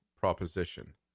proposition